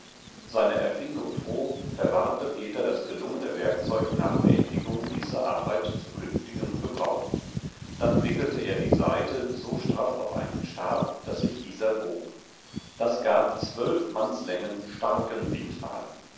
seiner erfindung froh verwahrte peter das gelungene werkzeug nach beendigung dieser arbeit zu künftigem gebrauch dann wickelte er die saite so straff auf einen stab daß sich dieser bog das gab zwölf mannslängen starken bindfaden